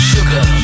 Sugar